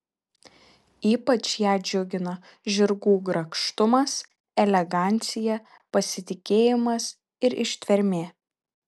ypač ją džiugina žirgų grakštumas elegancija pasitikėjimas ir ištvermė